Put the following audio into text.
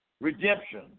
redemption